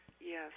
yes